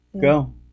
go